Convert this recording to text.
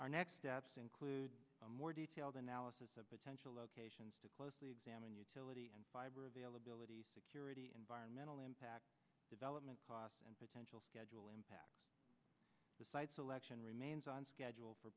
are next steps include a more detailed analysis of potential locations to closely examine utility and fiber availability security environmental impact development costs and potential schedule and the site selection remains on schedule for